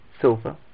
silver